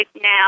now